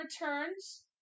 returns